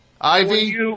Ivy